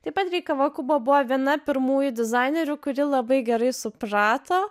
taip pat rei kavakubo buvo viena pirmųjų dizainerių kuri labai gerai suprato